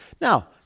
Now